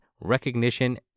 recognition